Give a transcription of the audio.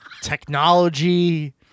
Technology